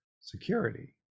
security